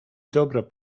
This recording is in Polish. dobra